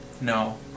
No